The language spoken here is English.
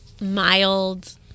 mild